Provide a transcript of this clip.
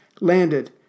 Landed